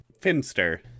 finster